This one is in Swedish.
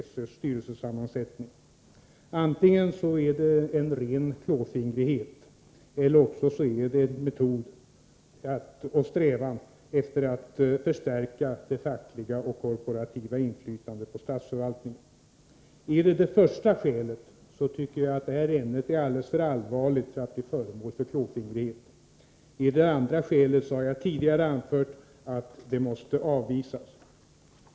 Herr talman! Helge Hagberg talade om vår inställning till en förändring av SÖ:s styrelse. Jag kan egentligen tänka mig två skäl till det förslag som regeringen har lagt fram om att ändra sammansättningen av SÖ:s styrelse. Skälet är antingen ren klåfingrighet eller också en strävan att förstärka det fackliga och korporativa inflytandet i statsförvaltningen. Om skälet är det förstnämnda, tycker jag att detta ämne är alltför allvarligt för att bli föremål för klåfingrighet. Om skälet är det andra, har jag tidigare anfört varför förslaget måste avvisas.